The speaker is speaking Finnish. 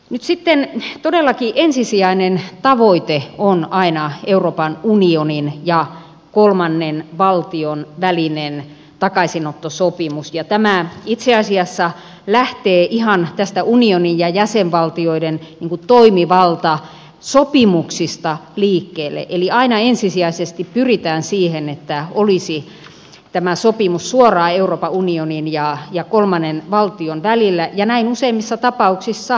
nyt sitten todellakin ensisijainen tavoite on aina euroopan unionin ja kolmannen valtion välinen takaisinottosopimus ja tämä itse asiassa lähtee ihan unionin ja jäsenvaltioiden toimivaltasopimuksista liikkeelle eli aina ensisijaisesti pyritään siihen että olisi tämä sopimus suoraan euroopan unionin ja kolmannen valtion välillä ja näin useimmissa tapauksissa onkin